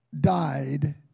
died